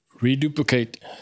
reduplicate